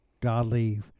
godly